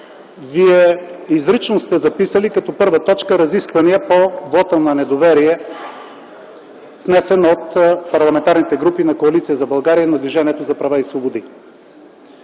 Вие изрично сте записали като първа точка: „Разисквания по вота на недоверие, внесен от парламентарните групи на Коалиция за България и на Движението за права и свободи”?